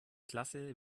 klasse